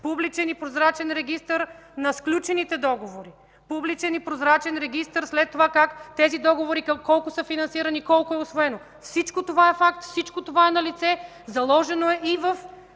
публичен и прозрачен регистър на сключените договори; публичен и прозрачен регистър как след това тези договори – колко са финансирани, колко е усвоено. Всичко това е факт, всичко това е налице, заложено е и в